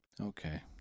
Okay